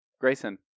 Grayson